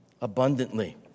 abundantly